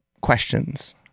questions